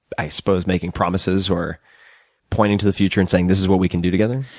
i suppose, making promises or pointing to the future and saying this is what we can do together?